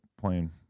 playing